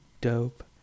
dope